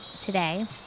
today